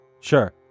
Sure